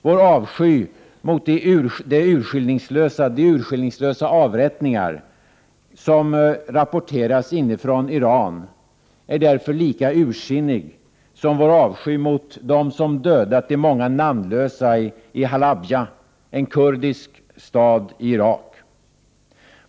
Vår avsky mot de urskillningslösa massavrättningar som rapporteras inifrån Iran är därför lika ursinnig som vår avsky mot dem som dödat de många namnlösa i Halabja, en kurdisk stad i Irak.